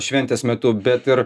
šventės metu bet ir